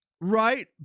Right